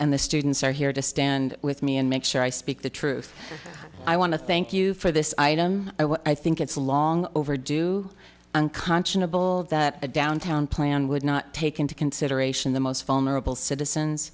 and the students are here to stand with me and make sure i speak the truth i want to thank you for this item i think it's long overdue unconscionable that a downtown plan would not take into consideration the most vulnerable citizens